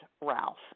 Ralph